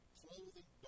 clothing